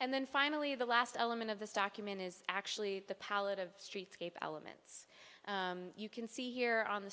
and then finally the last element of this document is actually the palette of streetscape elements you can see here on the